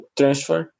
transfer